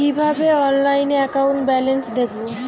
কিভাবে অনলাইনে account balance দেখবো?